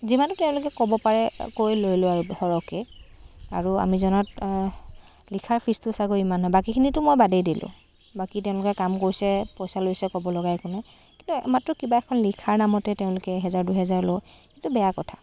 যিমানটো তেওঁলোকে ক'ব পাৰে কৈ লৈ লয় আৰু সৰহকৈ আৰু আমি জনাত লিখাৰ ফিজটো চাগৈ ইমান নহয় বাকীখিনতো মই বাদেই দিলোঁ বাকী তেওঁলোকে কাম কৰিছে পইচা লৈছে ক'বলগা একো নাই কিন্তু মাত্ৰ কিবা এখন লিখাৰ নামতে তেওঁলোকে এহেজাৰ দুহেজাৰ লয় সেইটো বেয়া কথা